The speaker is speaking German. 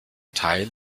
teil